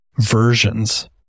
versions